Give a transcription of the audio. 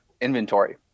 inventory